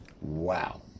Wow